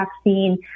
vaccine